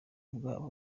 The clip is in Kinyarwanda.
bwabo